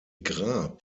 grab